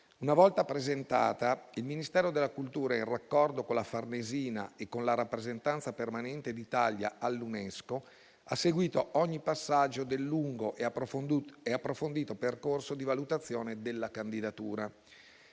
Una volta presentata, il Ministero della cultura, in raccordo con la Farnesina e con la Rappresentanza permanente d'Italia all'UNESCO, ha seguito ogni passaggio del lungo e approfondito percorso di valutazione della candidatura.